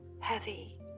heavy